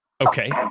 Okay